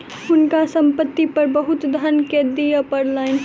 हुनका संपत्ति पर बहुत धन कर दिअ पड़लैन